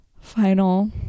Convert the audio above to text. final